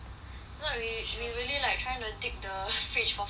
if not we really like trying to dig the fridge for food sia